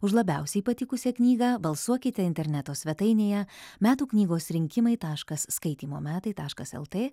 už labiausiai patikusią knygą balsuokite interneto svetainėje metų knygos rinkimai taškas skaitymo metai taškas lt